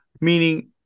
Meaning